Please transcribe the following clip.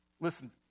listen